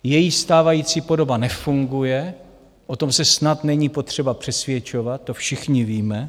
Její stávající podoba nefunguje, o tom se snad není potřeba přesvědčovat, to všichni víme.